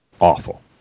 awful